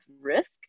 risk